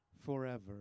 forever